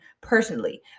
personally